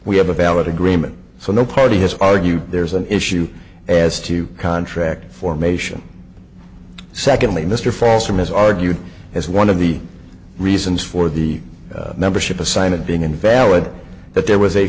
we have a valid agreement so no party has argued there's an issue as to contract formation secondly mr false from has argued as one of the reasons for the membership assign it being invalid that there was a